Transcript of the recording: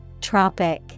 Tropic